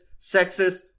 sexist